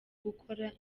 gukora